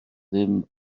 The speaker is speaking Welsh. ddim